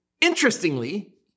interestingly